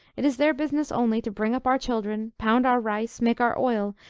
it is their business only to bring up our children, pound our rice, make our oil,